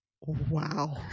Wow